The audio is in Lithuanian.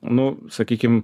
nu sakykim